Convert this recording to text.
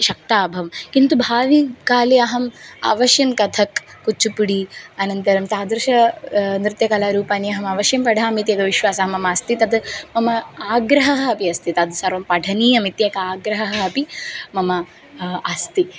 शक्ता अभवं किन्तु भाविकाले अहम् अवश्यं कथक् कुच्चुपुडि अनन्तरं तादृश नृत्यकलारूपाणि अहम् अवश्यं पठामीति एकः विश्वासः मम अस्ति तद् मम आग्रहः अपि अस्ति तद् सर्वं पठनीयम् इति एकः आग्रहः अपि मम अस्ति